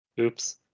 Oops